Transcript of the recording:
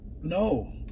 No